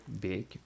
big